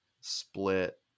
split